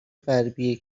غربی